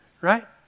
right